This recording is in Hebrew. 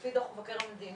לפי דוח מבקר המדינה,